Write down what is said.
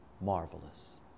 marvelous